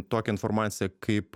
tokią informaciją kaip